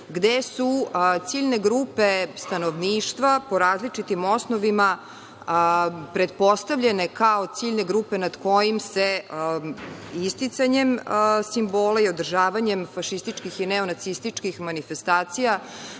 gde su ciljne grupe stanovništva po različitim osnovama pretpostavljene kao ciljne grupe nad kojim se isticanjem simbola i održavanje fašističkih i neonacističkih manifestacija,